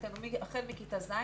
החל מכיתה ז',